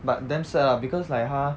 but damn sad lah because like 他